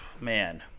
Man